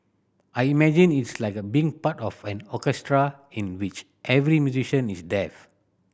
I imagine it's like being part of an orchestra in which every musician is deaf